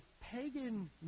pagan